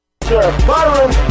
Byron